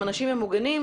עם אנשים מבודדים,